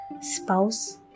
spouse